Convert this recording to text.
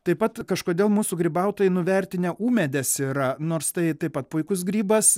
taip pat kažkodėl mūsų grybautojai nuvertinę ūmėdes yra nors tai taip pat puikus grybas